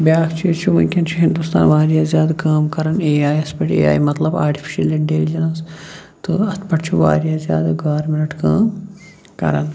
بیاکھ چیٖز چھُ ؤنکیٚن چھُ ہِنٛدُستان واریاہ زیادٕ کٲم کران اےٚ آیَس پٮ۪ٹھ اے آے مطلب آٹِفِشَل اِنٛٹٮ۪لِجَنٕس تہٕ اَتھ پٮ۪ٹھ چھِ واریاہ زیادٕ گورمنٛٹ کٲم کران